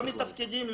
לא מתפקדים.